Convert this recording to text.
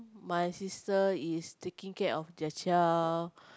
my sister is taking care of their child